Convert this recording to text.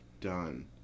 done